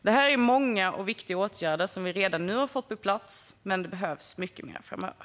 Detta är många och viktiga åtgärder som vi redan nu har fått på plats, men det behövs mycket mer framöver.